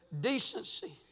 decency